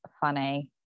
funny